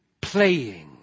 playing